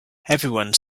everyone